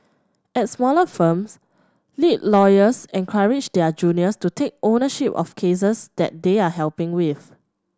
at smaller firms lead lawyers encourage their juniors to take ownership of cases that they are helping with